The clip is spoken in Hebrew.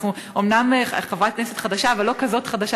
אני אומנם חברת כנסת חדשה אבל לא כזאת חדשה,